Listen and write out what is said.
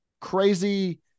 crazy